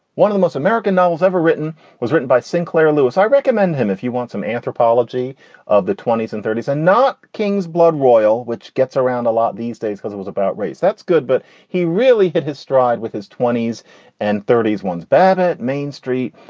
one of most american novels ever written was written by sinclair lewis. i recommend him if you want some anthropology of the twenties and thirties and not king's blood royal, which gets around a lot these days because it was about race. that's good. but he really hit his stride with his twenties and thirties. one's babbit main street.